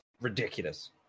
ridiculous